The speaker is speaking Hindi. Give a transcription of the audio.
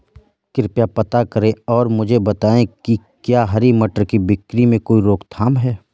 कृपया पता करें और मुझे बताएं कि क्या हरी मटर की बिक्री में कोई रोकथाम है?